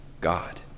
God